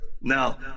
Now